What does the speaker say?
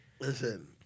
Listen